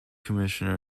commissioner